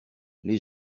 les